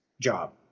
job